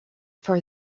for